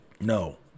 no